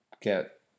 get